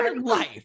life